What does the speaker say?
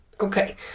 Okay